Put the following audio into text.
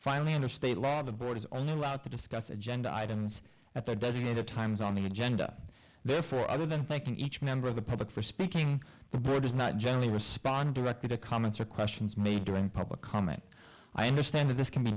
finally under state law the board is only allowed to discuss agenda items at the designated times on the agenda therefore other than thanking each member of the public for speaking the board is not generally respond directly to comments or questions made during public comment i understand that this can be